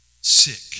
sick